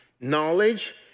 knowledge